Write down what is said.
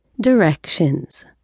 Directions